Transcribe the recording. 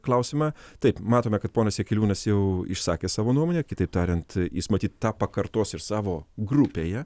klausimą taip matome kad ponas jakeliūnas jau išsakė savo nuomonę kitaip tariant jis matyt tą pakartos ir savo grupėje